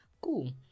cool